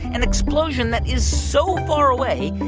an explosion that is so far away,